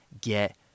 get